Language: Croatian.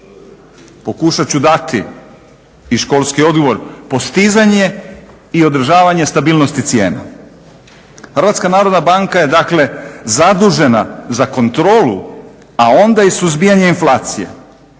Pokušat ću dati i školski odgovor, postizanje i održavanje stabilnosti cijena. HNB je dakle zadužena za kontrolu, a onda i suzbijanje inflacije,